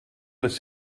les